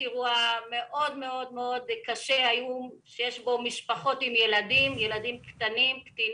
אירוע קשה שמעורבים בו משפחות עם ילדים קטנים.